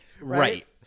right